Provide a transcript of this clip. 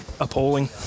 appalling